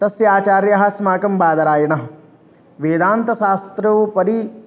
तस्य आचार्यः अस्माकं बादरायणः वेदान्तशास्त्रोपरि